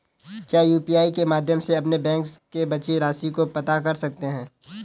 क्या यू.पी.आई के माध्यम से अपने बैंक में बची राशि को पता कर सकते हैं?